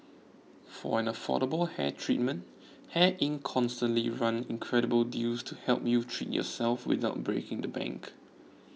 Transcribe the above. for an affordable hair treatment Hair Inc constantly run incredible deals to help you treat yourself without breaking the bank